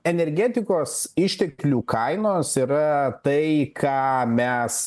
energetikos išteklių kainos yra tai ką mes